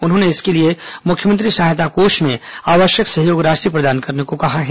उन्होंने इसके लिए मुख्यमंत्री सहायता कोष में आवश्यक सहयोग राशि प्रदान करने को कहा है